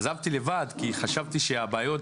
עזבתי לבד, כי חשבתי שהבעיות